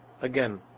again